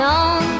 on